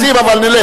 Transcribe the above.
רוצים, אבל נלך.